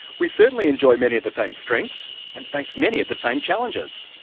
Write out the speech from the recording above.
we certainly enjoy many of the same strengths, and face many of the same challenges.